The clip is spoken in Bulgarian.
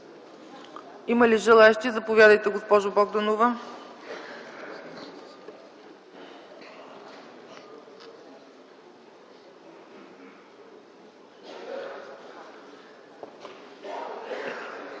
Има ли желаещи? Заповядайте, госпожо Богданова.